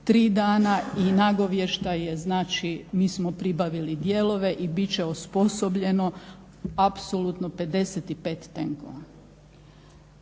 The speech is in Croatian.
3 dana i nagovještaj je znači, mi smo pribavili dijelove i bit će osposobljeno apsolutno 55 tenkova.